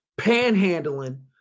panhandling